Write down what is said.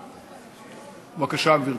בבקשה, גברתי.